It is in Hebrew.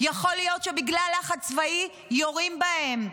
יכול להיות שבגלל לחץ צבאי יורים בהם,